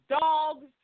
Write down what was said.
dogs